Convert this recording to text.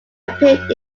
appeared